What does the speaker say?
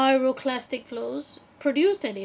pyroclastic flows produced an